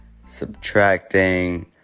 subtracting